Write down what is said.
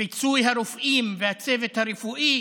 פיצוי הרופאים והצוות הרפואי